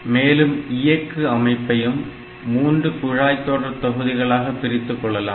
மேலும் இயக்கு அமைப்பையும் 3 குழாய் தொடர் தொகுதிகளாக பிரித்துக் கொள்ளலாம்